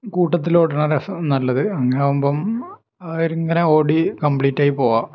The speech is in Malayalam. കൂട്ടത്തിൽ ഓടണ രസം നല്ലത് അങ്ങനെ ആവുമ്പം അവരിങ്ങനെ ഓടി കമ്പ്ലീറ്റ് ആയി പോവാ